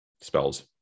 spells